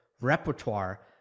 repertoire